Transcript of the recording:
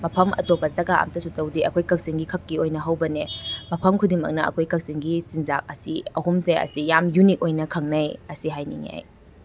ꯃꯐꯝ ꯑꯇꯣꯞꯄ ꯖꯒꯥ ꯑꯃꯇꯁꯨ ꯇꯧꯗꯦ ꯑꯩꯈꯣꯏ ꯀꯛꯆꯤꯡꯒꯤ ꯈꯛꯀꯤ ꯑꯣꯏꯅ ꯍꯧꯕꯅꯦ ꯃꯐꯝ ꯈꯨꯗꯤꯡꯃꯛꯅ ꯑꯩꯈꯣꯏ ꯀꯛꯆꯤꯡꯒꯤ ꯆꯤꯟꯖꯥꯛ ꯑꯁꯤ ꯑꯍꯨꯝꯁꯦ ꯑꯁꯤ ꯌꯥꯝ ꯌꯨꯅꯤꯛ ꯑꯣꯏꯅ ꯈꯪꯅꯩ ꯑꯁꯤ ꯍꯥꯏꯅꯤꯡꯉꯦ ꯑꯩ